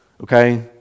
Okay